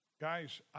Guys